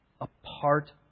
apart